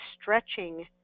stretching